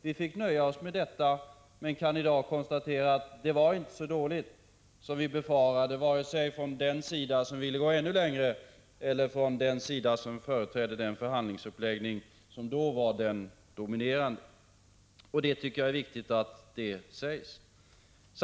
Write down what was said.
Vi fick nöja oss med detta avtal men kan i dag konstatera att det inte var så dåligt som vi befarade, vare sig från den sida som ville gå ännu längre eller från den sida som företrädde den förhandlingsuppläggning som då var den dominerande. Jag tycker det är viktigt att detta sägs.